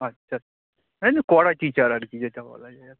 আচ্ছা হ্যাঁ এমনি কড়া টিচার আর কি যেটা বলা যায়